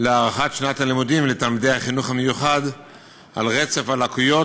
להארכת שנת הלימודים לתלמידי החינוך המיוחד על רצף הלקויות,